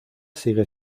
sigue